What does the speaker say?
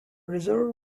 reserve